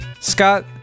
Scott